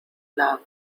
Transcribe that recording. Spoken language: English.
love